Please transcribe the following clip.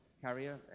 carrier